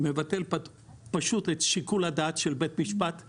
מבטל פשוט את שיקול הדעת של בית משפט.